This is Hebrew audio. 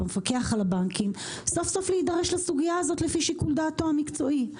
על המפקח על הבנקים סוף סוף להידרש לסוגיה הזאת לפי שיקול דעתו המקצועי.